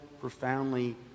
profoundly